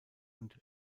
und